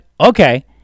okay